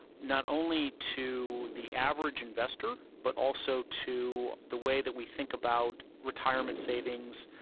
not only to the average investor, but also to the way that we think about retirement savings,